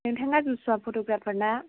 नोंथाङा जुसुया फट'ग्राफार ना